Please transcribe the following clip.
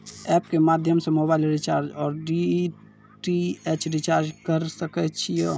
App के माध्यम से मोबाइल रिचार्ज ओर डी.टी.एच रिचार्ज करऽ सके छी यो?